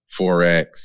Forex